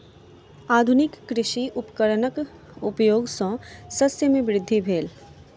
आधुनिक कृषि उपकरणक उपयोग सॅ शस्य मे वृद्धि भेल